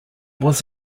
was